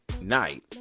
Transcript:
night